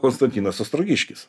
konstantinas ostrogiškis